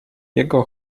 jego